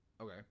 Okay